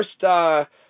first